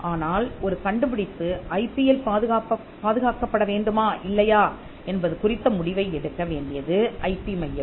ஆனால் ஒரு கண்டுபிடிப்பு ஐபியால் பாதுகாக்கப்பட வேண்டுமா இல்லையா என்பது குறித்த முடிவை எடுக்க வேண்டியது ஐபி மையமே